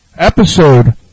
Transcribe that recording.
Episode